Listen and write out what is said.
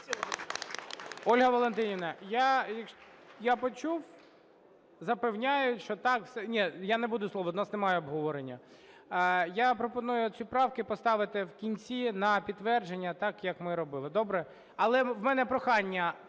Ольга Валентинівна, я почув. Запевняю, що так… Ні, я не буду слово, у нас немає обговорення. Я пропоную ці правки поставити в кінці на підтвердження, так, як ми робили. Добре? Але у мене прохання